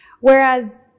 Whereas